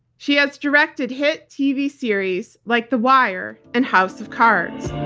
she has directed hit tv series like the wire and house of cards.